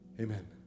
Amen